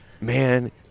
man